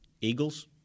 Eagles